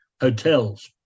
hotels